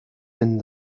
den